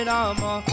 Rama